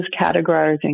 categorizing